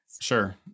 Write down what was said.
Sure